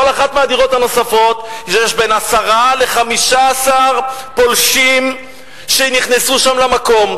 בכל אחת מהדירות הנוספות יש בין עשרה ל-15 פולשים שנכנסו למקום.